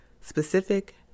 specific